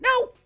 No